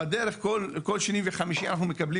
בדרך כלל כל שני וחמישי אנחנו מקבלים